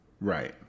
Right